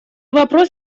вопрос